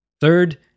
Third